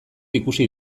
ikusi